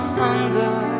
hunger